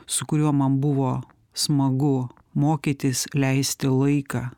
su kuriuo man buvo smagu mokytis leisti laiką